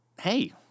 hey